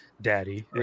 daddy